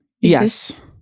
Yes